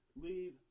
leave